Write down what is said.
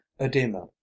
edema